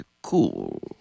Cool